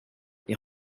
est